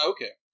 Okay